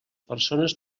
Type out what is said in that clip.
persones